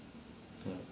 ya